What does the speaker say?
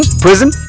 prison